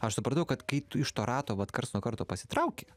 aš supratau kad kai tu iš to rato vat karts nuo karto pasitrauki